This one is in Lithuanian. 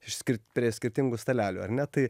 iš skirt prie skirtingų stalelių ar ne tai